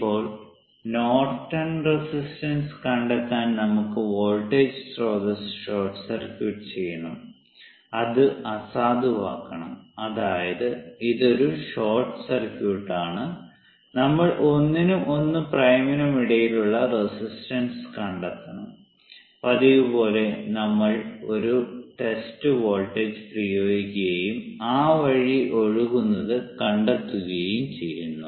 ഇപ്പോൾ Norton resistance കണ്ടെത്താൻ നമുക്ക് വോൾട്ടേജ് സ്രോതസ്സ് ഷോർട്ട് സർക്യൂട്ട് ചെയ്യണം അത് അസാധുവാക്കണം അതായത് ഇതൊരു ഷോർട്ട് സർക്യൂട്ടാണ് നമ്മൾ 1 നും 1 പ്രൈമിനും ഇടയിലുള്ള റെസിസ്റ്റൻസ് കണ്ടെത്തണം പതിവുപോലെ നമ്മൾ ഒരു ടെസ്റ്റ് വോൾട്ടേജ് പ്രയോഗിക്കുകയും ആ വഴി ഒഴുകുന്നത് കണ്ടെത്തുകയും ചെയ്യുന്നു